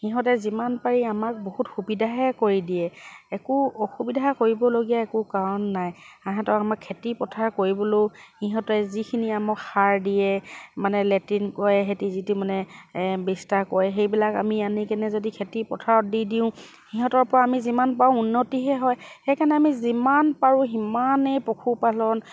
সিহঁতে যিমান পাৰি আমাক বহুত সুবিধাহে কৰি দিয়ে একো অসুবিধা কৰিবলগীয়া একো কাৰণ নাই সিহঁতক আমাক খেতি পথাৰ কৰিবলৈও সিহঁতে যিখিনি আমাক সাৰ দিয়ে মানে লেট্ৰিন কৰে সিহঁতি যিটো মানে বিস্তাৰ কৰে সেইবিলাক আমি আনি কিনে যদি খেতি পথাৰত দি দিওঁ সিহঁতৰ পৰা আমি যিমান পাওঁ উন্নতিহে হয় সেইকাৰণে আমি যিমান পাৰোঁ সিমানেই পশুপালন